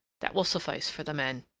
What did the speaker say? that will suffice for the men.